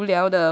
oh 很无聊的问题对吗